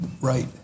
right